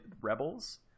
rebels